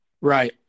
Right